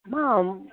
అమ్మా